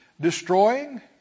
destroying